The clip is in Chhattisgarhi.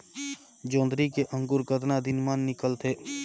जोंदरी के अंकुर कतना दिन मां निकलथे?